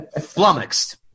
Flummoxed